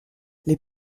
les